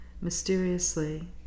mysteriously